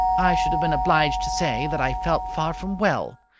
i should have been obliged to say that i felt far from well.